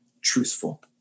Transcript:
truthful